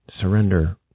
surrender